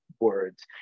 words